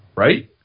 Right